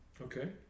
Okay